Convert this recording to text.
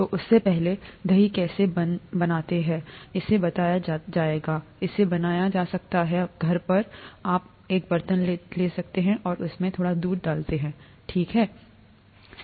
तो उससे पहले दही कैसे से बने जाता है इसे बनाया जाता है इसे बनाया जा सकता है घर आप एक बर्तन लेते हैं और आप उसमें थोड़ा दूध डालते हैं ठीक है